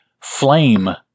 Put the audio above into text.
flame